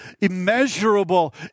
immeasurable